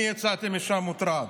אני יצאתי משם מוטרד.